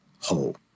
whole